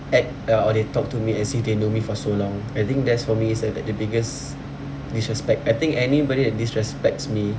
at uh or they talk to me as if they know me for so long I think there's for me is that the biggest disrespect I think anybody that disrespects me